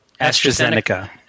AstraZeneca